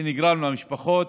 שנגרם למשפחות,